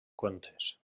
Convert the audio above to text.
contes